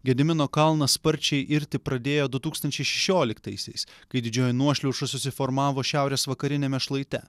gedimino kalnas sparčiai irti pradėjo du tūkstančiai šešioliktaisiais kai didžioji nuošliauža susiformavo šiaurės vakariniame šlaite